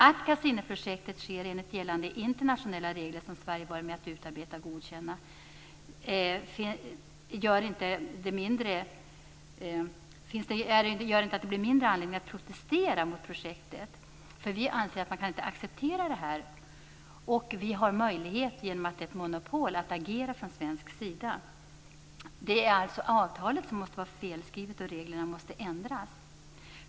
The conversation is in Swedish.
Att Cassiniprojektet sker enligt gällande internationella regler, som Sverige varit med om att utarbeta och godkänna, gör inte att det finns mindre anledning att protestera mot projektet. Vi anser att man inte kan acceptera detta. Vidare har vi genom att det är fråga om ett monopol möjlighet att agera från svensk sida. Det är alltså avtalet som måste vara felskrivet. Reglerna måste ändras.